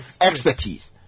expertise